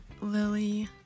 Lily